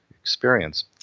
experience